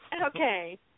Okay